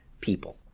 people